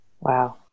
Wow